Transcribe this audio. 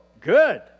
good